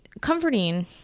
comforting